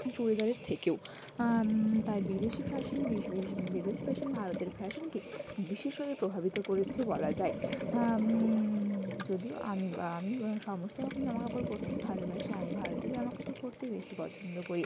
চুড়িদারের থেকেও তাই বিদেশি ফ্যাশান বিদেশি ফ্যাশান ভারতের ফ্যাশানকে বিশেষভাবে প্রভাবিত করেছে বলা যায় যদিও আমি আমি সমস্ত রকম জামাকাপড় পরতেই ভালোবাসি আমি ভারতীয় জামাকাপড় পরতেই বেশি পছন্দ করি